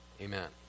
Amen